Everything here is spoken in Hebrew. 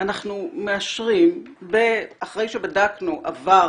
אנחנו מאשרים אחרי שבדקנו עבר